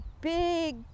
big